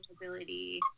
ability